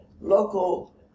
local